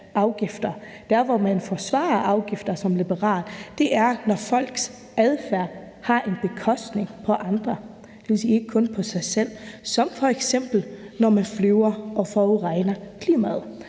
Dér, hvor man forsvarer afgifter som liberal, er, når folks adfærd har en omkostning for andre, dvs. ikke kun for sig selv, som f.eks. når man flyver og forurener klimaet.